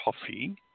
coffee